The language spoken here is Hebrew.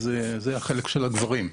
זה החלק של הגברים בנושא.